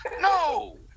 No